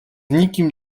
nikim